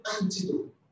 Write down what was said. antidote